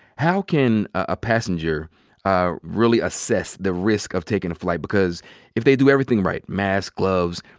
how can a passenger ah really assess the risk of taking a flight? because if they do everything right, mask, gloves,